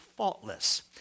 faultless